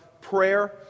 prayer